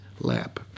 lap